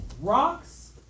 rocks